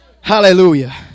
Hallelujah